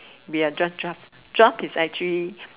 we're drug drug drug is actually